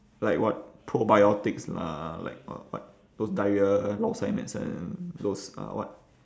like what probiotics lah like what what those diarrhoea lao sai medicine those uh what